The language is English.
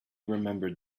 remembered